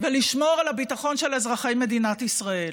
ולשמור על הביטחון של אזרחי מדינת ישראל.